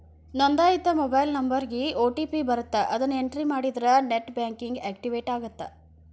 ನೋಂದಾಯಿತ ಮೊಬೈಲ್ ನಂಬರ್ಗಿ ಓ.ಟಿ.ಪಿ ಬರತ್ತ ಅದನ್ನ ಎಂಟ್ರಿ ಮಾಡಿದ್ರ ನೆಟ್ ಬ್ಯಾಂಕಿಂಗ್ ಆಕ್ಟಿವೇಟ್ ಆಗತ್ತ